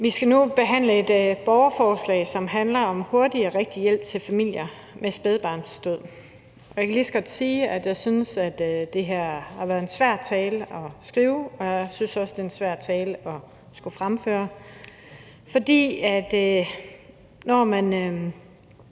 Vi skal nu behandle et borgerforslag, som handler om hurtig og rigtig hjælp til familier med spædbarnsdød. Jeg kan lige så godt sige, at jeg synes, at det her har været en svær tale at skrive, og jeg synes også, det er en svær tale at skulle fremføre. For når man